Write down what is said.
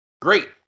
great